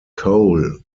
coal